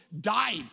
died